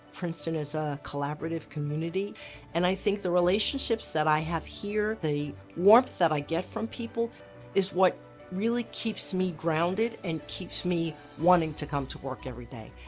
princeton is a collaborative community and i think the relationships that i have here, the warmth that i get from people is what really keeps me grounded and keeps me wanting to come to work every day.